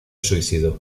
suicidó